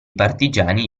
partigiani